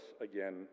again